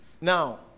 Now